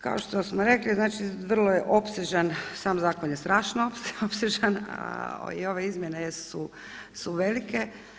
Kao što smo rekli znači vrlo je opsežan, sam zakon je strašno opsežan, a i ove izmjene su velike.